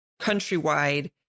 countrywide